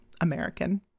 American